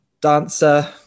dancer